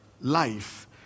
life